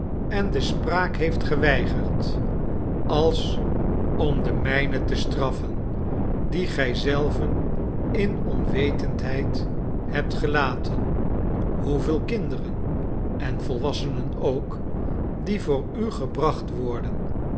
en de spraak heeft geweigerd als om den mijnen te straffen dien gij zelven in onwetendheid hebt gelaten hoevele kinderen en volwassenen ook die voor u gebracht worden